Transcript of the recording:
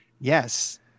yes